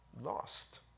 lost